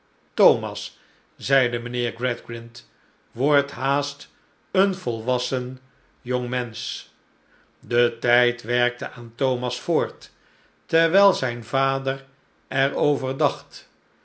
thomas zeide mijnheer gradgrind wordt haast een volwassen jongmensch de tijd werkte aan thomas voort terwijl zijn vader er over dacht